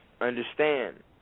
Understand